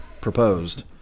proposed